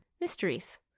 mysteries